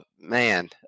man